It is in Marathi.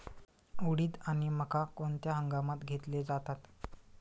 उडीद आणि मका कोणत्या हंगामात घेतले जातात?